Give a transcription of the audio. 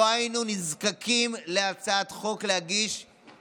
לא היינו נזקקים להגיש הצעת חוק אילולי